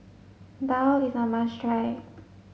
Daal is a must try